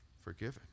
forgiven